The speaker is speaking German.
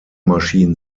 maschinen